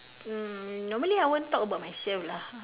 mm normally I won't talk about myself lah